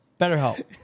BetterHelp